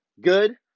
good